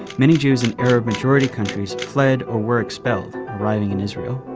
many jews in arab-majority countries fled or were expelled, arriving in israel.